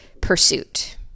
pursuit